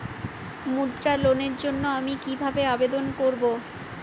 মুদ্রা লোনের জন্য আমি কিভাবে আবেদন করবো?